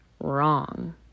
wrong